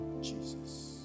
Jesus